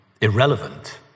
irrelevant